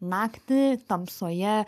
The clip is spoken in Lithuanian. naktį tamsoje